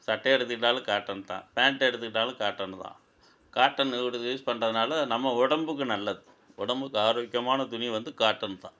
சட்டை எடுத்துக்கிட்டாலும் காட்டன் தான் பேண்ட் எடுத்துக்கிட்டாலும் காட்டனு தான் காட்டனோடது யூஸ் பண்ணுறதுனால நம்ம உடம்புக்கு நல்லது உடம்புக்கு ஆரோக்கியமான துணி வந்து காட்டன் தான்